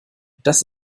das